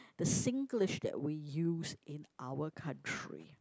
the Singlish that we use in our country